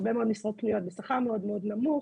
הרבה מאוד משרות פנויות בשכר מאוד נמוך,